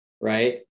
Right